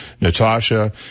Natasha